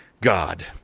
God